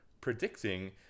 predicting